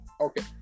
okay